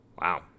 wow